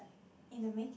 in the making